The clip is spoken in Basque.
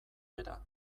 bera